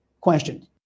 question